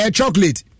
Chocolate